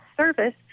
service